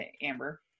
Amber